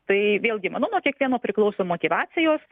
tai vėlgi manau nuo kiekvieno priklauso motyvacijos